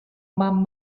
man